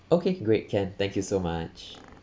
okay great can thank you so much